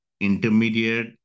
intermediate